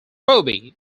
phoebe